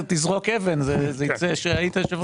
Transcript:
אם תזרוק אבן זה יוצא שהיית יושב ראש ועדת כספים.